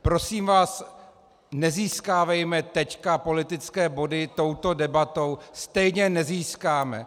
Prosím vás, nezískávejme teď politické body touto debatou, stejně je nezískáme.